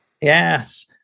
Yes